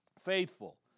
faithful